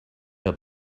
had